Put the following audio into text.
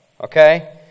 okay